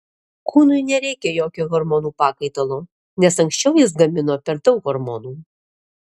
kūnui nereikia jokio hormonų pakaitalo nes anksčiau jis gamino per daug hormonų